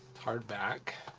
hardback,